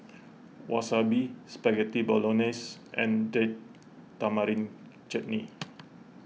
Wasabi Spaghetti Bolognese and Date Tamarind Chutney